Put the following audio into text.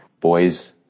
Boys